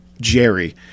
Jerry